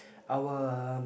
our um